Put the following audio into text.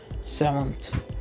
Seventh